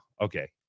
Okay